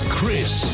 Chris